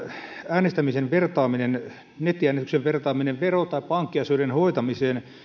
äänestämisen vertaaminen nettiäänestyksen vertaaminen vero tai pankkiasioiden hoitamiseen